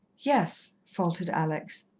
yes, faltered alex.